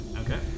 Okay